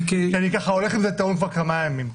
כי אני הולך עם זה טעון כבר כמה ימים.